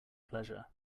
pleasure